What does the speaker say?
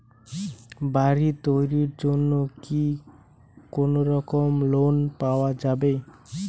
বাড়ি তৈরির জন্যে কি কোনোরকম লোন পাওয়া যাবে?